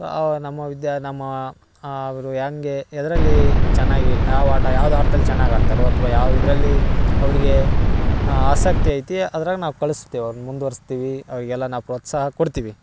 so ಆವಾಗ ನಮ್ಮ ವಿದ್ಯ ನಮ್ಮ ಅವರು ಹೆಂಗೆ ಎದರಲ್ಲಿ ಚೆನ್ನಾಗಿ ಯಾವ ಆಟ ಯಾವ್ದು ಆಟ್ದದ ಚೆನ್ನಾಗಿ ಆಡ್ತಾರೋ ಅಥ್ವಾ ಯಾವ ಇದರಲ್ಲಿ ಅವ್ರ್ಗೆ ಆಸಕ್ತಿ ಐತಿ ಅದ್ರಾಗ ನಾವು ಕಳಸ್ತೇವೆ ಅವ್ರ್ನ ಮುಂದ್ವರ್ಸ್ತೀವಿ ಅವರಿಗೆಲ್ಲ ನಾವು ಪ್ರೋತ್ಸಾಹ ಕೊಡ್ತೀವಿ